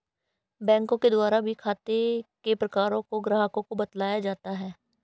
बैंकों के द्वारा भी खाते के प्रकारों को ग्राहकों को बतलाया जाता है